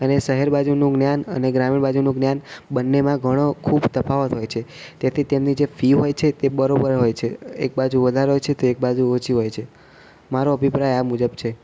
અને શહેર બાજુનું જ્ઞાન અને ગ્રામીણ બાજુનું જ્ઞાન બંનેમાં ઘણો ખૂબ તફાવત હોય છે તેથી તેમની જે ફી હોય છે તે બરાબર હોય છે એક બાજુ વધારે હોય છે તો એક બાજુ ઓછી હોય છે મારો અભિપ્રાય આ મુજબ છે